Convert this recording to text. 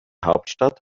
hauptstadt